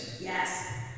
Yes